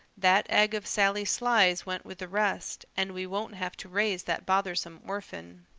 that egg of sally sly's went with the rest, and we won't have to raise that bothersome orphan.